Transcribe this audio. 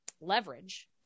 leverage